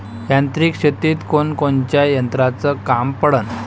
यांत्रिक शेतीत कोनकोनच्या यंत्राचं काम पडन?